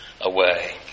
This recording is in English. away